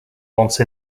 once